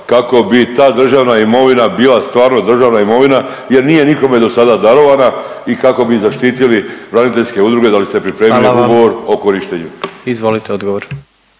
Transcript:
kako bi ta državna imovina bila stvarno državna imovina jer nije nikome dosada darovana i kako bi zaštitili braniteljske udruge, da li ste pripremili Ugovor o korištenju? **Jandroković,